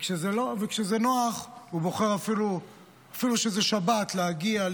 וכשזה נוח הוא בוחר אפילו כשזו שבת להגיע,